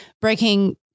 breaking